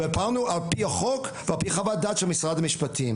ופעלנו על פי החוק או על פי חוות דעת של משרד המשפטים.